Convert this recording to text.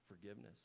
forgiveness